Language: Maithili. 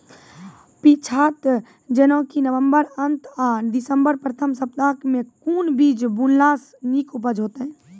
पीछात जेनाकि नवम्बर अंत आ दिसम्बर प्रथम सप्ताह मे कून बीज बुनलास नीक उपज हेते?